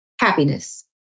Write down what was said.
Happiness